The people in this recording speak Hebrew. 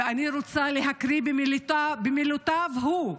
ואני רוצה להקריא במילותיו הוא.